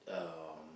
um